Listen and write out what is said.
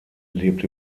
lebt